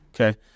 Okay